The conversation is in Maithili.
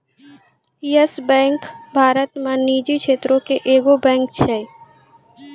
यस बैंक भारत मे निजी क्षेत्रो के एगो बैंक छै